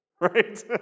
right